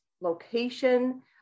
location